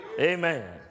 Amen